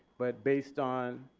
but based on